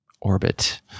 orbit